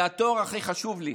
התואר הכי חשוב לי,